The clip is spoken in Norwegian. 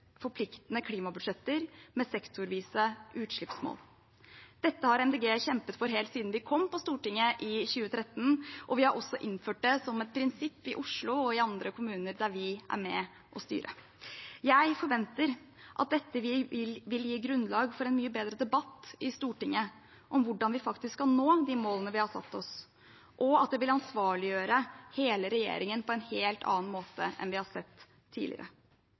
forpliktende klimabudsjetter med sektorvise utslippsmål. Dette har Miljøpartiet De Grønne kjempet for helt siden vi kom inn på Stortinget i 2013, og vi har også innført det som et prinsipp i Oslo og i andre kommuner der vi er med og styrer. Jeg forventer at dette vil gi grunnlag for en mye bedre debatt i Stortinget om hvordan vi faktisk skal nå de målene vi har satt oss, og at det vil ansvarliggjøre hele regjeringen på en helt annen måte enn vi har sett tidligere.